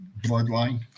bloodline